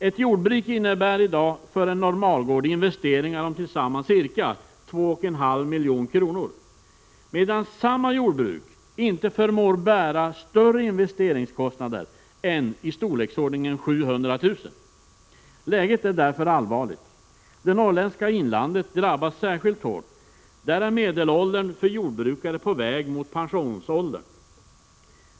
Ett jordbruk innebär i dag för en normalgård investeringar om tillsammans ca 2,5 milj.kr., medan samma jordbruk inte förmår bära större investeringskostnader än i storleksordningen 700 000 kr. Läget är därför allvarligt. Det norrländska inlandet drabbas särskilt hårt. Där är medelåldern för jordbrukare på väg mot pensionsåldern.